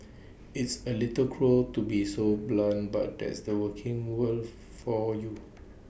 it's A little cruel to be so blunt but that's the working world for you